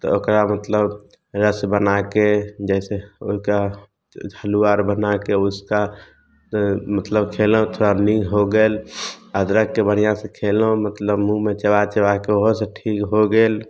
तऽ ओकरा मतलब रस बनाके जइसे ओहिके हलुआ आर बनाके उसका मतलब खएलहुँ तऽ नीक हो गेल अदरकके बढ़िआँसे खएलहुँ मतलब मुँहमे चबा चबाके ओहोसे ठीक हो गेल